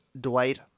Dwight